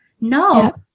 No